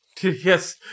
Yes